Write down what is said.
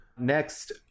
Next